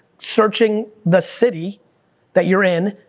searching the city that you're in,